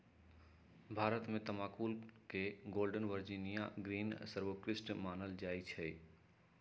भारत में तमाकुल के गोल्डन वर्जिनियां ग्रीन सर्वोत्कृष्ट मानल जाइ छइ